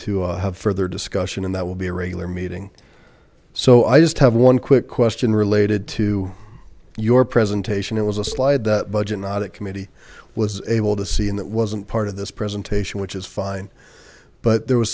to have further discussion and that will be a regular meeting so i just have one quick question related to your presentation it was a slide that budget audit committee was able to see and it wasn't part of this presentation which is fine but there was